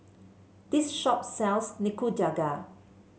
this shop sells Nikujaga